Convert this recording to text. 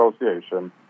Association